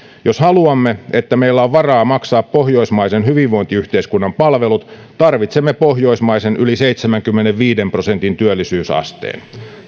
jos haluamme että meillä on varaa maksaa pohjoismaisen hyvinvointiyhteiskunnan palvelut tarvitsemme pohjoismaisen yli seitsemänkymmenenviiden prosentin työllisyysasteen